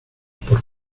por